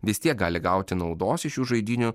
vis tiek gali gauti naudos iš šių žaidynių